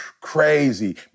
Crazy